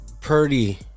Purdy